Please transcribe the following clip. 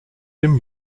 dem